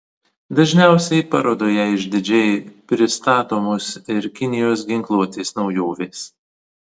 dažniausiai parodoje išdidžiai pristatomos ir kinijos ginkluotės naujovės